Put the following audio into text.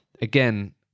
again